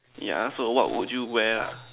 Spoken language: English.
ya so what would you wear lah